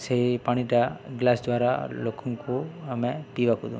ସେଇ ପାଣିଟା ଗ୍ଲାସ୍ ଦ୍ୱାରା ଲୋକଙ୍କୁ ଆମେ ପିଇବାକୁ ଦେଉ